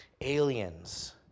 aliens